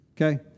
okay